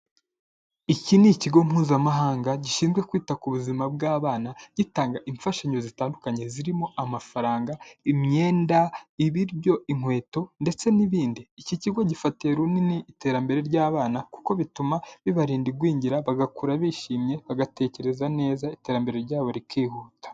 Iki ni ikigo mpuzamahanga gishinzwe kwita ku buzima bw'abana, gitanga imfashanyo zitandukanye zirimo: amafaranga, imyenda, ibiryo, inkweto ndetse n'ibindi. Iki kigo gifatiye runini iterambere ry'abana kuko bituma bibarinda igwingira, bagakura bishimye, bagatekereza neza, iterambere ryabo rikihuta.